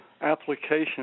application